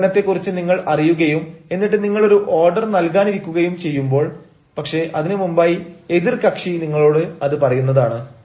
ഉൽപ്പന്നത്തെ കുറിച്ച് നിങ്ങൾ അറിയുകയും എന്നിട്ട് നിങ്ങൾ ഒരു ഓർഡർ നൽകാനിരിക്കുകയും ചെയ്യുമ്പോൾ പക്ഷേ അതിനു മുമ്പായി എതിർകക്ഷി നിങ്ങളോട് അത് പറയുന്നതാണ്